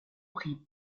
prit